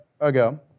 ago